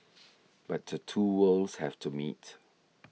but the two worlds have to meet